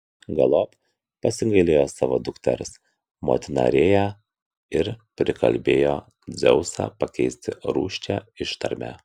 galop pasigailėjo savo dukters motina rėja ir prikalbėjo dzeusą pakeisti rūsčią ištarmę